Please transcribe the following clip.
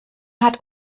hat